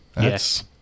yes